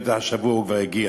בטח השבוע הוא כבר יגיע.